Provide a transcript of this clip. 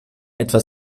etwa